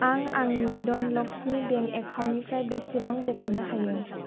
आं आंनि धन लक्ष्मी बैंक एकाउन्टनिफ्राय बेसेबां बख'नो हायो